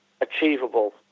achievable